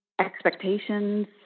expectations